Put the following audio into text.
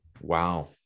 Wow